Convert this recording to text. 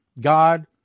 God